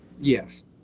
Yes